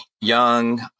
young